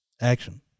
action